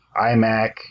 iMac